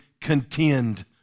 contend